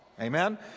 Amen